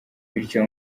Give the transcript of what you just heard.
bityo